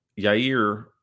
Yair